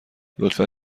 لطفا